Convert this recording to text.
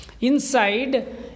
Inside